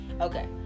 okay